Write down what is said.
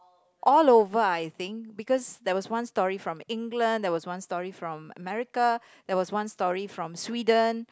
all over I think because there was one story from England there was one story from America there was one story from Sweden